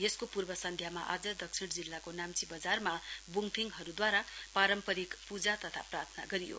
यसको पूर्वसन्ध्यामा आज दक्षिण जिल्लाको नाम्ची बजारमा ब्ङथिङहरूद्वारा पारम्परिक पूजा तथा प्रार्थना गरियो